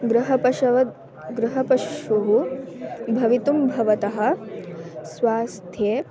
गृहपशवः गृहपशुः भवितुं भवतः स्वास्थ्ये